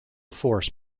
force